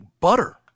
butter